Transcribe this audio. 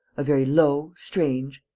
a very low, strange,